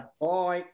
Bye